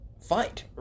fight